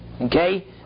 Okay